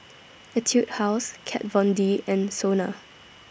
Etude House Kat Von D and Sona